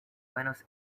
buenos